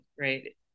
right